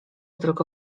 tylko